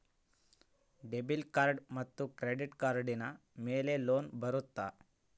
Debit ಮತ್ತು credit ಕಾರ್ಡಿನ ಮೇಲೆ ಲೋನ್ ಬರುತ್ತಾ?